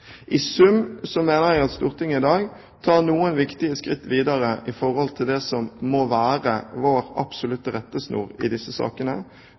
I sum mener jeg at Stortinget i dag tar noen viktige skritt videre når det gjelder det som må være vår absolutte rettesnor i disse sakene,